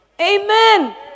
Amen